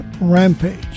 Rampage